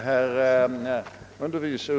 Herr talman!